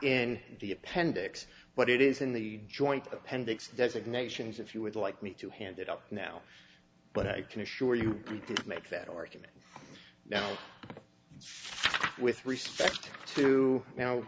in the appendix but it is in the joint appendix designations if you would like me to hand it up now but i can assure you we didn't make that or now with respect to now